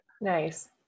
Nice